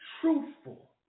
Truthful